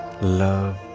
Love